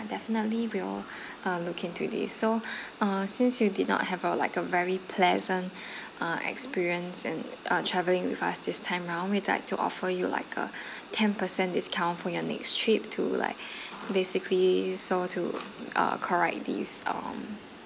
definitely we'll uh look into this so uh since you did not have a like a very pleasant uh experience and uh travelling with us this time round we'd like to offer you like a ten percent discount for your next trip to like basically so to uh correct this um